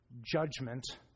judgment